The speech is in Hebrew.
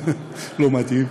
לא מתאים,